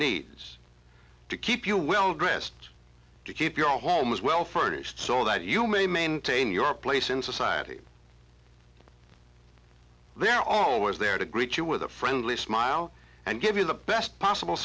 needs to keep you well dressed to keep your home as well furnished so that you may maintain your place in society they're always there to greet you with a friendly smile and give you the best possible